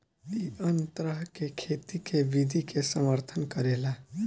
इ अन्य तरह के खेती के विधि के समर्थन करेला